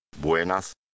Buenas